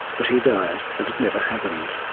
but he died and it never happened.